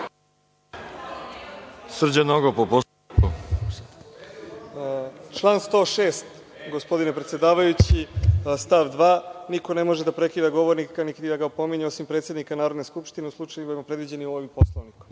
**Srđan Nogo** Član 106, gospodine predsedavajući, stav 2. – niko ne može da prekida govornika, niti da ga opominje, osim predsednika Narodne skupštine, u slučajevima predviđenim ovim Poslovnikom.